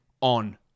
on